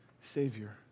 savior